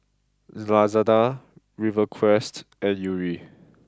Lazada Rivercrest and Yuri